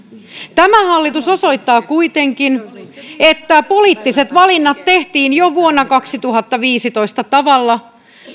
tämä hallitus osoittaa kuitenkin että poliittiset valinnat tehtiin jo vuonna kaksituhattaviisitoista tavalla